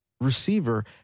receiver